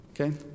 Okay